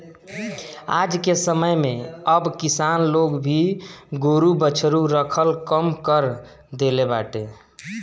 आजके समय में अब किसान लोग भी गोरु बछरू रखल कम कर देले बाटे